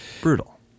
Brutal